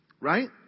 Right